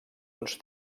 uns